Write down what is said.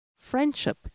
Friendship